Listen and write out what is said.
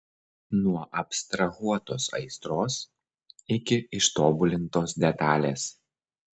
nuo abstrahuotos aistros iki ištobulintos detalės